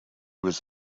was